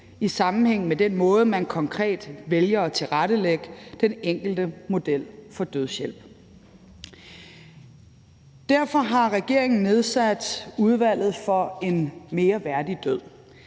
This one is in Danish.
i sammenhæng med den måde, man konkret vælger at tilrettelægge den enkelte model for dødshjælp på. Kl. 12:28 Derfor har regeringen nedsat Udvalget for en mere værdig død.